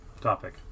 topic